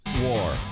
war